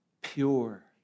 pure